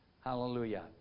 Hallelujah